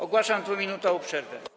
Ogłaszam 2-minutową przerwę.